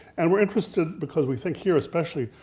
and we're interested, because we think here especially,